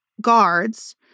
guards